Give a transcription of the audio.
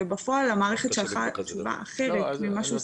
ובפועל המערכת שלחה תשובה אחרת ממה שהוא סימן.